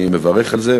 אני מברך על זה,